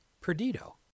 Perdido